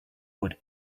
wood